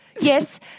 Yes